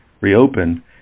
reopen